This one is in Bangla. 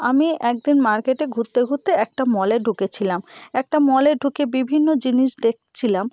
আমি এক দিন মার্কেটে ঘুরতে ঘুরতে একটা মলে ঢুকেছিলাম একটা মলে ঢুকে বিভিন্ন জিনিস দেখছিলাম